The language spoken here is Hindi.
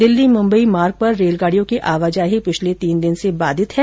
दिल्ली मुम्बई मार्ग पर रेलगाड़ियों की आवाजाही पिछले तीन दिन से बाधित है